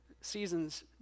seasons